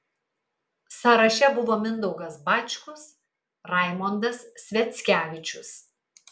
sąraše buvo mindaugas bačkus raimondas sviackevičius